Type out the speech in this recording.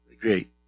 Great